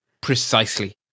Precisely